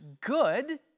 good